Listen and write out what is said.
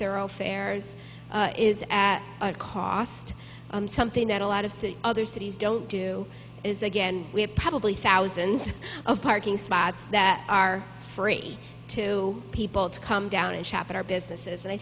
thoroughfares is at a cost something that a lot of city other cities don't do is again we're probably thousands of parking spots that are free to people to come down and shop at our businesses and i